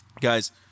Guys